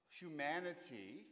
humanity